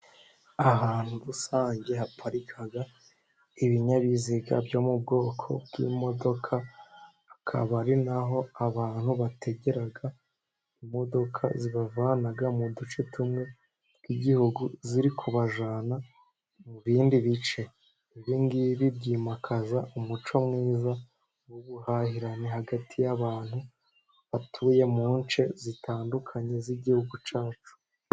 Ahantu rusange haparika ibinyabiziga byo mu bwoko bw'imodoka, akaba ari naho abantu bategera imodoka zibavana mu duce tumwe tw'igihugu ziri kubajyana mu bindi bice, ibingibi byimakaza umuco mwiza w'ubuhahirane hagati y'abantu batuye mu nce zitandukanye z'igihugu cyacu.